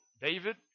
David